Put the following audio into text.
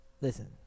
Listen